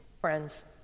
friends